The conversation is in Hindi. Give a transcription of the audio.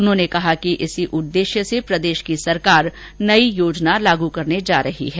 उन्होंने कहा कि इसी उद्देश्य से सरकार नयी योजना लागू करने जा रही है